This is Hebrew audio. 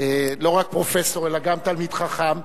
לא רק פרופסור אלא גם תלמיד חכם,